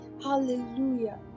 Hallelujah